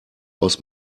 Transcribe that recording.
aus